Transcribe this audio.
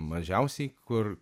mažiausiai kur